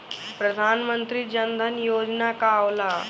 प्रधानमंत्री जन धन योजना का होला?